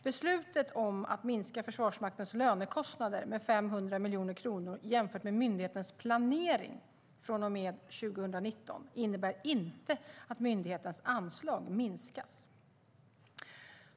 Beslutet om att minska Försvarsmaktens lönekostnader med 500 miljoner kronor jämfört med myndighetens planering från och med 2019 innebär inte att myndighetens anslag minskas.